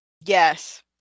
yes